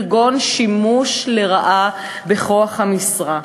כגון שימוש לרעה בכוח המשרה.